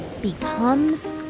becomes